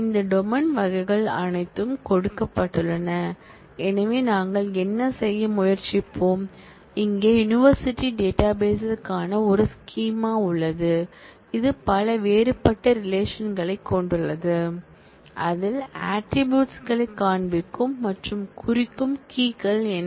இந்த டொமைன் வகைகள் அனைத்தும் கொடுக்கப்பட்டுள்ளன எனவே நாங்கள் என்ன செய்ய முயற்சிப்போம் இங்கே யுனிவர்சிட்டி டேட்டாபேஸ்கான ஒரு ஸ்கீமா உள்ளது இது பல வேறுபட்ட ரிலேஷன்களைக் கொண்டுள்ளது அதில் ஆட்ரிபூட்ஸ் களைக் காண்பிக்கும் மற்றும் குறிக்கும் கீ கள் என்ன